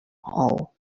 all